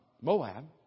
Moab